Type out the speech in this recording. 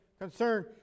concern